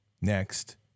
Next